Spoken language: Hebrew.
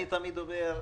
אני תמיד אומר,